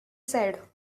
said